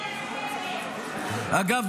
אגב,